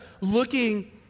looking